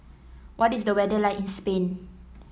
what is the weather like in Spain